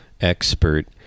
expert